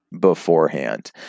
beforehand